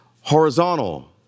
horizontal